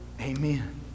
Amen